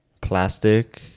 Plastic